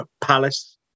Palace